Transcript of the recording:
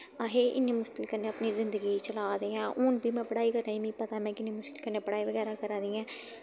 अस इन्नी मुश्कल कन्नै अपनी जिंदगी गी चला दे आं हून बी में पढ़ाई करने गी मी पता ऐ में किन्नी मुश्कल कन्नै पढ़ाई बगैरा करा दी ऐं